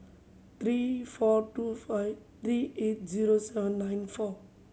three four two five three eight zero seven nine four